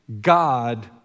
God